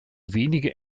wenige